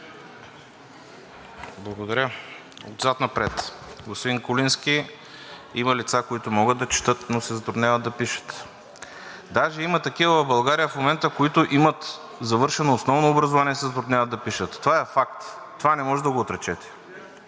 Благодаря. Отзад напред – господин Куленски, има лица, които могат да четат, но се затрудняват да пишат. Даже има такива в България в момента, които имат завършено основно образование и се затрудняват да пишат, това е факт, това не можете да го отречете,